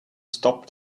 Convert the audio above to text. stop